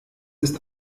ist